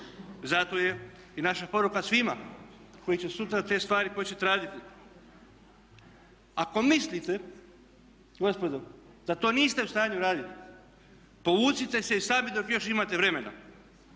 zato je i naša poruka svima koji će sutra te stvari početi raditi ako mislite gospodo da to niste u stanju raditi povucite se i sami dok još imate vremena